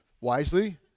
Wisely